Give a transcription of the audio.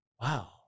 Wow